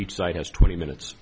each side has twenty minutes